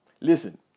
listen